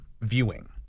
viewing